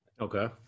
okay